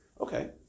Okay